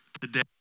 today